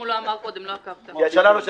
אז עכשיו אני חוזר.